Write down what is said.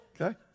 okay